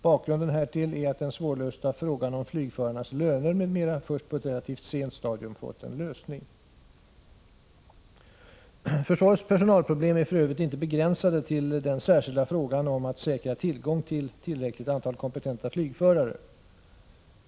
Bakgrunden härtill är att den svårlösta frågan om flygförarnas löner m.m. först på ett relativt sent stadium fått en lösning. Försvarets personalproblem är för övrigt inte begränsade till den särskilda frågan om att säkra tillgång till tillräckligt antal kompetenta flygförare.